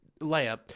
layup